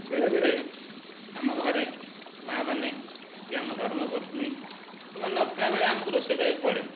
ବେଳେ ବେଳେ ଆମ ଘରେ ମା' ମାନେ କି ଆମ ଧର୍ମ ପତ୍ନୀ ଏବଂ ନଥିଲାବେେଳେ ଆମକୁ ରୋଷେଇ କରିବାକୁ ପଡ଼େ